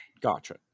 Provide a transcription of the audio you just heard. Gotcha